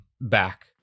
back